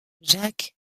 jacques